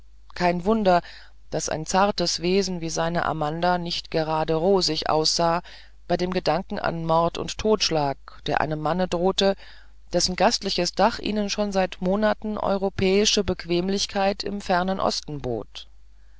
kein wunder daß ein zartes wesen wie seine amanda nicht gerade rosig aussah bei dem gedanken an mord und totschlag der einem manne drohte dessen gastliches dach ihnen schon seit monaten europäische bequemlichkeit im fernen osten bot